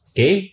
Okay